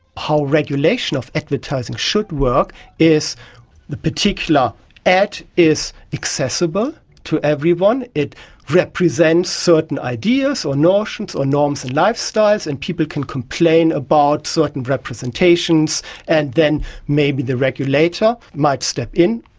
how regulation of advertising should work is the particular ad is accessible to everyone, it represents certain ideas or notions or norms and lifestyles and people can complain about certain representations and then maybe the regulator might step in,